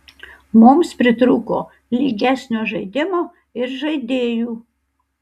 mums pritrūko lygesnio žaidimo ir žaidėjų